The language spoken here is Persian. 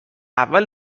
اول